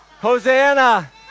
Hosanna